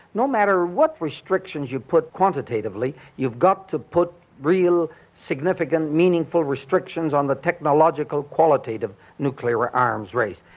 no matter what restrictions you put quantitatively, you've got to put real significant meaningful restrictions on the technological qualitative nuclear ah arms race.